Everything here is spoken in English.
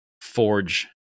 forge